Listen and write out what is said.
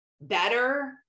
better